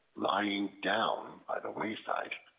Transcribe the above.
lying down by the wayside,